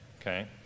Okay